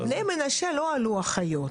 בבני מנשה לא עלו אחיות.